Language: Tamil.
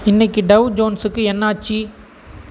இன்னைக்கு டவ் ஜோன்ஸுக்கு என்னாச்சு